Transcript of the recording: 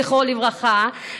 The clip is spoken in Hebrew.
זכרו לברכה,